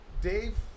Dave